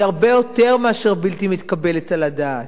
הוא הרבה יותר מאשר בלתי מתקבל על הדעת,